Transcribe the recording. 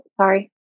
sorry